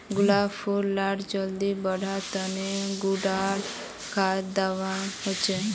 गुलाब फुल डा जल्दी बढ़वा तने कुंडा खाद दूवा होछै?